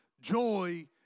joy